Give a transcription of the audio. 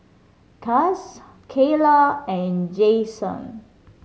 Cass Kaylah and Jaxon